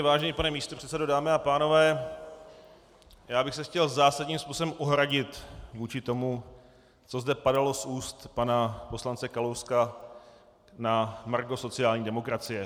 Vážený pane místopředsedo, dámy a pánové, já bych se chtěl zásadním způsobem ohradit vůči tomu, co zde padalo z úst pana poslance Kalouska na margo sociální demokracie.